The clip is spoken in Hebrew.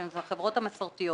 שהן החברות המסורתיות,